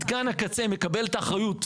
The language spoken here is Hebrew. מתקן הקצה מקבל את האחריות.